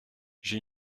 j’ai